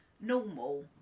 normal